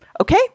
Okay